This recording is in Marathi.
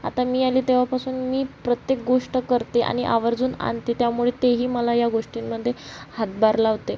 आता मी आले तेव्हापासून मी प्रत्येक गोष्ट करते आणि आवर्जून आणते त्यामुळे तेही मला या गोष्टींमध्ये हातभार लावते